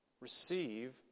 receive